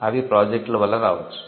అవి ప్రాజెక్టుల వల్ల రావచ్చు